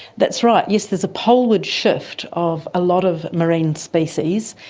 that's right, yes, there's a poleward shift of a lot of marine species,